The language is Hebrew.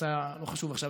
שעשה לא חשוב עכשיו,